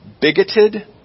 bigoted